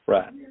Right